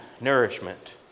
nourishment